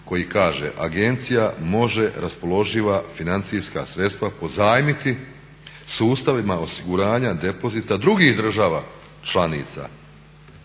4.koji kaže "Agencija može raspoloživa financijska sredstva pozajmiti sustavima osiguranja depozita drugih država članica,